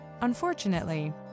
Unfortunately